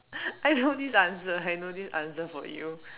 I know this answer I know this answer for you